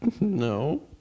No